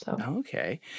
Okay